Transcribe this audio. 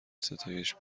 ستایش